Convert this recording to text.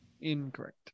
Incorrect